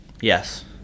Yes